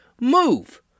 move